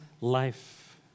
life